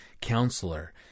counselor